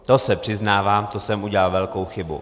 To se přiznávám, to jsem udělal velkou chybu.